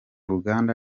ruganda